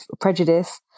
prejudice